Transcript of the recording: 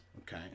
Okay